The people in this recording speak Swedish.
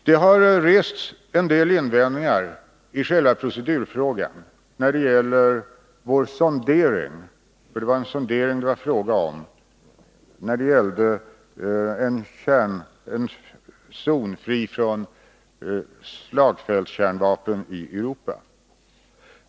Det har rests en del invändningar i själva procedurfrågan när det gäller vår sondering - för det var en sådan det var fråga om — beträffande en zon fri från slagfältskärnvapen i Europa.